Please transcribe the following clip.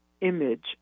image